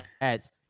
ads